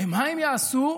ומה הם יעשו?